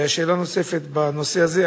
ושאלה נוספת בנושא הזה,